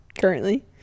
currently